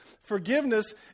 forgiveness